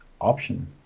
option